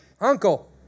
uncle